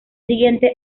siguiente